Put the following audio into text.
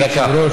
דקה.